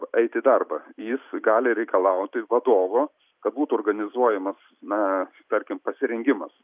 eit į darbą jis gali reikalauti vadovo kad būtų organizuojamas na tarkim pasirengimas